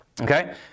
Okay